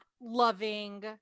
loving